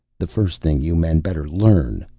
the first thing you men better learn,